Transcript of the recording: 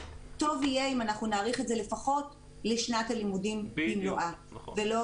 טוב יהיה אם אנחנו נאריך את זה לפחות לשנת הלימודים במלואה ולא